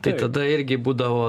tai tada irgi būdavo